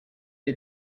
die